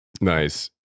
Nice